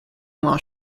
while